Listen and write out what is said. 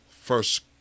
first